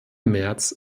märz